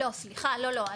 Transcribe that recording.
לא, סליחה, לא, לא.